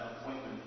appointment